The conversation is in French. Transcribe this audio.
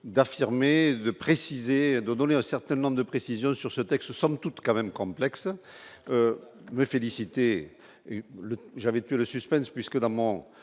d'affirmer de préciser, donner un certain nombre de précisions sur ce texte, somme toute, quand même complexe me féliciter et le j'avais tué le suspense puisque la